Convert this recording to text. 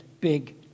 big